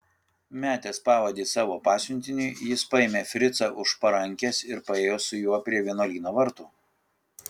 metęs pavadį savo pasiuntiniui jis paėmė fricą už parankės ir paėjo su juo prie vienuolyno vartų